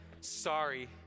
sorry